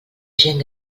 gent